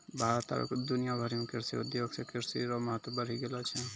भारत आरु दुनिया भरि मे कृषि उद्योग से कृषि रो महत्व बढ़ी गेलो छै